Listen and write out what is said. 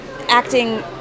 acting